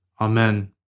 Amen